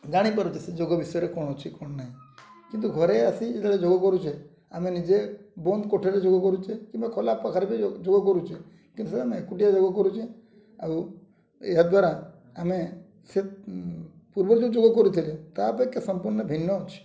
ଜାଣିପାରୁଛେ ସେ ଯୋଗ ବିଷୟରେ କ'ଣ ଅଛି କ'ଣ ନାହିଁ କିନ୍ତୁ ଘରେ ଆସି ଯେତେବେଳେ ଯୋଗ କରୁଛେ ଆମେ ନିଜେ ବନ୍ଦ କୋଠାରେ ଯୋଗ କରୁଛେ କିମ୍ବା ଖୋଲା ପାଖରେ ବି ଯୋଗ କରୁଛେ କିନ୍ତୁ ସେ ଆମେ ଏକୁଟିଆ ଯୋଗ କରୁଛେ ଆଉ ଏହାଦ୍ୱାରା ଆମେ ସେ ପୂର୍ବ ଯୋଉ ଯୋଗ କରୁଥିଲେ ତା'ପରେ ଏକ ସମ୍ପୂର୍ଣ୍ଣ ଭିନ୍ନ ଅଛି